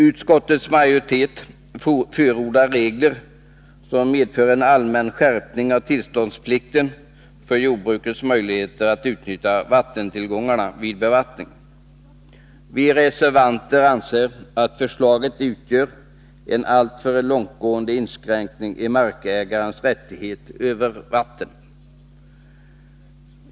Utskottets majoritet förordar regler som medför en allmän skärpning av tillståndsplikten beträffande jordbrukets möjligheter att utnyttja vattentillgångar för bevattning. Vi reservanter anser att förslaget utgör en alltför långtgående inskränkning i markägarens rådighet över vatten.